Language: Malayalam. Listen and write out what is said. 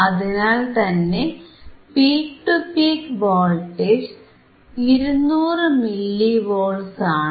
അതിനാൽത്തന്നെ peak to peak voltage 200 millivolts ആണ്